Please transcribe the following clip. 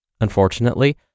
Unfortunately